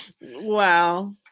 Wow